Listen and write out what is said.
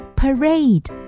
parade